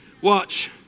Watch